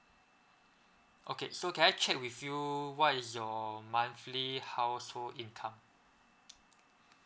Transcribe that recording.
okay so can I check with you what is your monthly household income